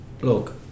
look